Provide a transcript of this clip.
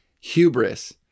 Hubris